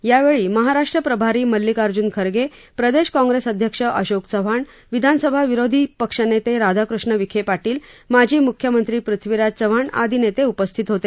यावेळी महाराष्ट्र प्रभारी मल्लिकार्ज्न खरगे प्रदेश काँग्रेस अध्यक्ष अशोक चव्हाण विधानसभा विरोधी पक्ष नेते राधाकृष्ण विखे पाटील माजी म्ख्यमंत्री पृथ्वीराज चव्हाण आदी नेते उपस्थित होते